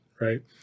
right